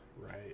right